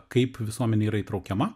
kaip visuomenė yra įtraukiama